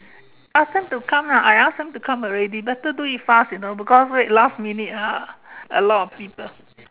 ask them to come lah I ask them to come already better do it fast you know because wait last minute ah a lot of people